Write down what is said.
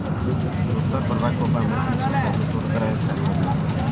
Luther ಬರ್ಬ್ಯಾಂಕ್ಒಬ್ಬ ಅಮೇರಿಕನ್ಸಸ್ಯಶಾಸ್ತ್ರಜ್ಞ, ತೋಟಗಾರಿಕಾಶಾಸ್ತ್ರಜ್ಞ